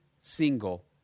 single